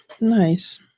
nice